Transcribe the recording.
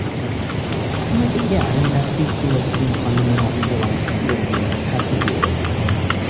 right and like. yeah. i mean, that speaks to like the fundamental underlying problem here has to do with, you know,